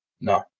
No